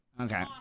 Okay